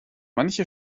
manche